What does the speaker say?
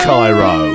Cairo